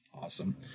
Awesome